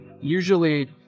usually